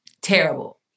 Terrible